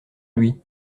lui